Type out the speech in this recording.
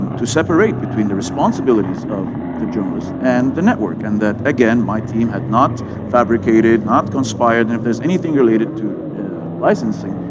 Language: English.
to separate between the responsibilities of the journalist and the network. and, that again, my team had not fabricated, not conspired. and, if there's anything related to licensing,